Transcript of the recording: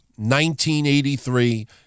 1983